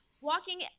Walking